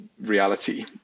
reality